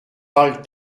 parlent